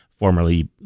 formerly